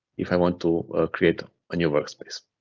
if i want to create a new workspace.